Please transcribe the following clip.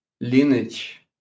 lineage